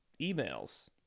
emails